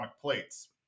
plates